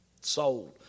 sold